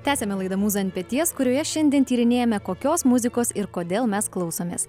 tęsiame laidą mūza ant peties kurioje šiandien tyrinėjame kokios muzikos ir kodėl mes klausomės